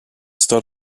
stud